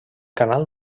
canal